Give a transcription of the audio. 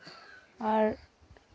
ᱟᱨ